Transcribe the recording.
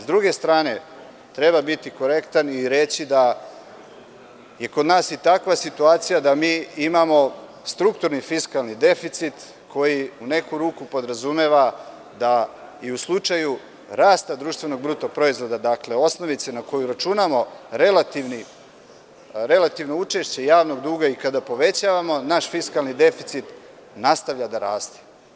S druge strane, treba biti korektan i reći da je kod nas takva situacija da imamo strukturni fiskalni deficit koji u neku ruku podrazumeva da i u slučaju rasta BDP, dakle, osnovice na koju računamo relativno učešće javnog duga i kada povećavamo naš fiskalni deficit, nastavlja da raste.